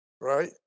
Right